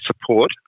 support